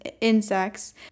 insects